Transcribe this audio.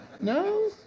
No